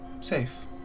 safe